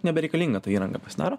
nebereikalinga ta įranga pasidaro